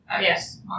Yes